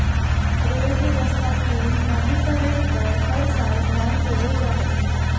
rail व्यवस्था के नवीनीकरण पर हर साल ध्यान देवल जा हइ